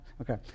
okay